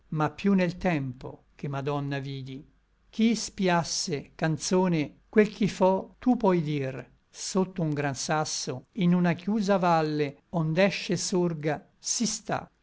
ma piú nel tempo che madonna vidi chi spïasse canzone quel ch'i fo tu pi dir sotto un gran sasso in una chiusa valle ond'esce sorga si sta